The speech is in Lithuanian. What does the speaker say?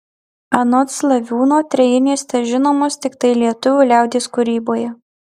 anot slaviūno trejinės težinomos tiktai lietuvių liaudies kūryboje